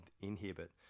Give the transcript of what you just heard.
inhibit